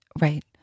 Right